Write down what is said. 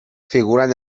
figuran